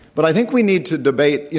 but i think we need to debate you